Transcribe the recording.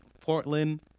Portland